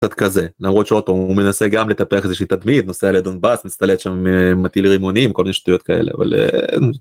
כזה למרות שאותו הוא מנסה גם לטפח איזה שהיא תדמית נוסע לדון באס מצטלט שם מטיל רימונים כל מיני שטויות כאלה.